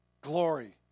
Glory